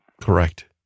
Correct